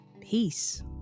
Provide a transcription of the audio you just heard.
peace